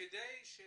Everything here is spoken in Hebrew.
כדי שהוא